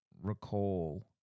recall